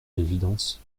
l’évidence